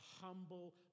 humble